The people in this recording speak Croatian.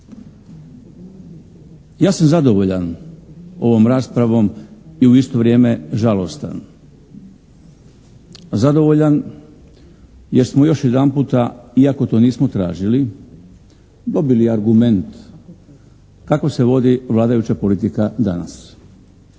Ja sam zadovoljan ovom raspravom i u isto vrijeme žalostan. Zadovoljan, jer smo još jedan puta, iako to nismo tražili dobili argument kako se vodi vladajuća politika danas.